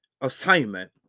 assignment